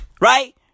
right